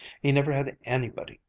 he never had anybody,